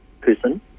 person